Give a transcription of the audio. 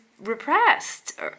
Repressed